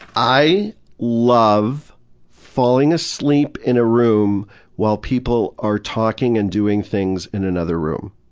i love falling asleep in a room while people are talking and doing things in another room.